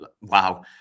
Wow